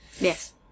Yes